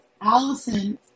Allison